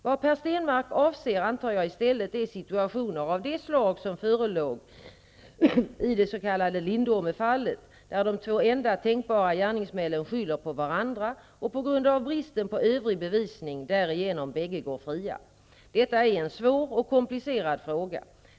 Vad Per Stenmarck avser antar jag i stället är situationer av det slag som förelåg i det s.k. Lindomefallet där de två enda tänkbara gärningsmännnen skyller på varandra och på grund av bristen på övrig bevisning därigenom bägge går fria. Detta är en svår och komplicerad fråga.